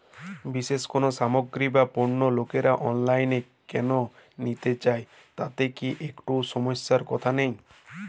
বিশেষ কোনো সামগ্রী বা পণ্য লোকেরা অনলাইনে কেন নিতে চান তাতে কি একটুও সমস্যার কথা নেই?